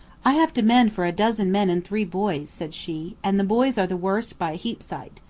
i have to mend for a dozen men and three boys, said she, and the boys are the worst by a heap sight.